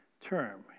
term